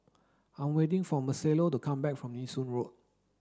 I'm waiting for Marcelo to come back from Nee Soon Road